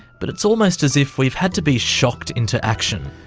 but it's almost as if we've had to be shocked into action.